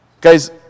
Guys